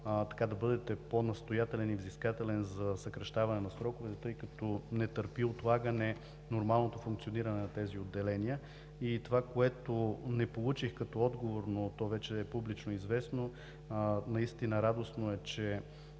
да бъдете по-настоятелен и взискателен за съкращаване на сроковете, тъй като нормалното функциониране на тези отделения не търпи отлагане. Това, което не получих като отговор, но то вече е публично известно – наистина радостно е, че